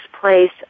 place